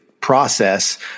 process